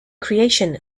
creation